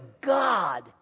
God